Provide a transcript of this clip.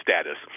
status